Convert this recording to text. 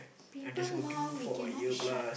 people mouth we cannot shut